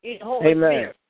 Amen